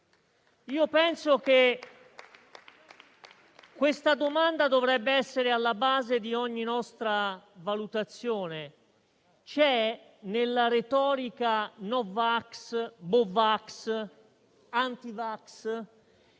Penso che questa domanda dovrebbe essere alla base di ogni nostra valutazione. Nella retorica no vax, boh vax, anti-vax,